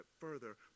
further